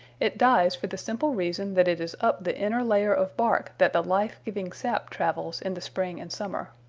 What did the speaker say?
it dies for the simple reason that it is up the inner layer of bark that the life-giving sap travels in the spring and summer.